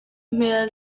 mpera